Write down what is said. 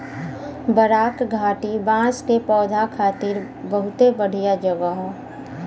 बराक घाटी बांस के पौधा खातिर बहुते बढ़िया जगह हौ